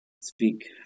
speak